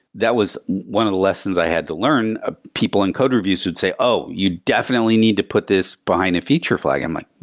that was one of the lessons i had to learn. ah people in code reviews would say, oh, you definitely need to put this behind a feature flag. i'm like,